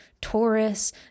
Taurus